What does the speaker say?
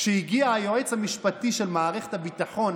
כשהגיע לוועדה היועץ המשפטי של מערכת הביטחון,